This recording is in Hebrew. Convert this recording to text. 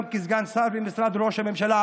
גם כסגן שר במשרד ראש הממשלה,